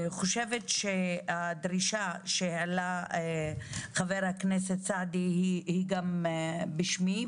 הדרישה שהעלה חבר הכנסת סעדי היא גם בשמי,